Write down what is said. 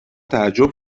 تعجب